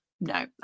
No